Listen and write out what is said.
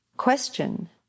Question